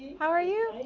how are you?